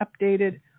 updated